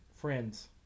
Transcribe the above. Friends